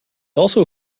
also